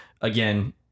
again